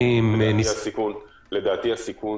לדעתי, הסיכון